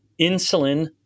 Insulin